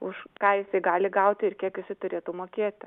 už ką jisai gali gauti ir kiek jisai turėtų mokėti